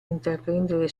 intraprendere